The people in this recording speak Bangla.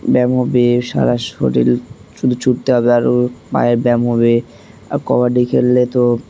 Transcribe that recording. ব্যায়াম হবে সারা শরীর শুধু ছুটতে হবে আরও পায়ের ব্যায়াম হবে আর কবাডি খেললে তো